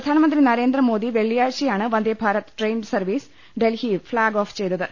പ്രധാനമന്ത്രി നരേന്ദ്രമോദി വെള്ളിയാഴ്ചയാണ് Vande Bharat train service ഡൽഹിയിൽ ഫ്ളാഗ് ഓഫ് ചെയ്ത ത്